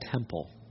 temple